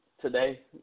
today